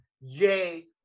Yay